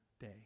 day